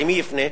אל מי יפנה?